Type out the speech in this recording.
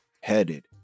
headed